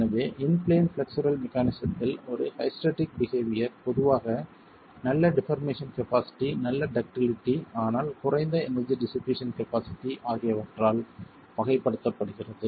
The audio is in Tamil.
எனவே இன் பிளேன் ஃப்ளெக்சுரல் மெக்கானிஸத்தில் ஒரு ஹைஸ்டெரெடிக் பிஹேவியர் பொதுவாக நல்ல டிபார்மேசன் கபாஸிட்டி நல்ல டக்டிலிட்டி ஆனால் குறைந்த எனர்ஜி டிஷ்ஷிபேசன் கபாஸிட்டி ஆகியவற்றால் வகைப்படுத்தப்படுகிறது